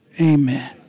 amen